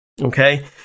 Okay